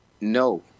No